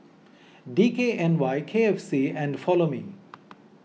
D K N Y K F C and Follow Me